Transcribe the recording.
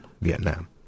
Vietnam